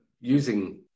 using